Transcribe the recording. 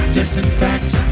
disinfect